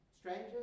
strangers